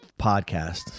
podcast